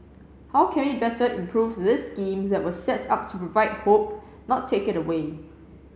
how can we better improve this scheme that was set up to provide hope not take it away